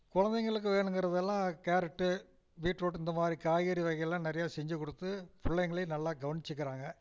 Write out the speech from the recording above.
கொழந்தைங்களுக்கு வேணுங்கிறது எல்லாம் கேரட்டு பீட்ரூட்டு இந்த மாதிரி காய்கறி வகை எல்லாம் நிறையா செஞ்சுக் கொடுத்து பிள்ளைங்கள்லியும் நல்லா கவனிச்சிக்குறாங்க